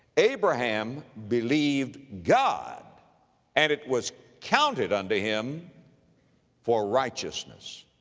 abraham believed god and it was counted unto him for righteousness.